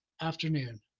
afternoon